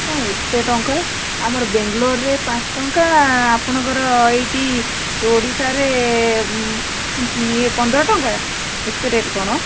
କ'ଣ ଏତେ ଟଙ୍କା ଆମର ବାଙ୍ଗଲୋରରେ ପାଞ୍ଚ ଟଙ୍କା ଆପଣଙ୍କର ଏଇଠି ଓଡ଼ିଶାରେ ଇଏ ପନ୍ଦର ଟଙ୍କା ଏତେ ରେଟ୍ କ'ଣ